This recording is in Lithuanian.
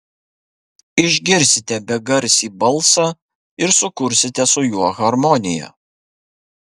išgirsite begarsį balsą ir sukursite su juo harmoniją